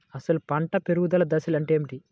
అసలు పంట పెరుగుదల దశ అంటే ఏమిటి?